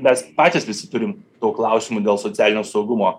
mes patys visi turim daug klausimų dėl socialinio saugumo